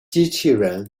机器人